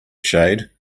shade